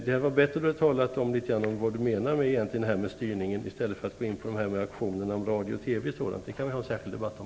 Det hade varit bättre att Charlotta Bjälkebring hade talat om vad hon menar med styrningen i stället för att ta exemplet med auktionerna om radio och TV. Det skulle vi kunna ha en särskild debatt om.